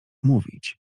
mówić